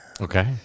Okay